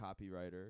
copywriter